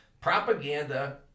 propaganda